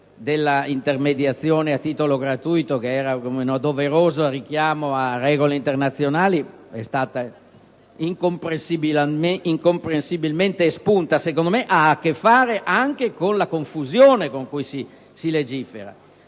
dell'intermediazione a titolo gratuito, e dunque un doveroso richiamo a regole internazionali, è stata incomprensibilmente espunta. Ciò ha a che fare anche con la confusione in cui si è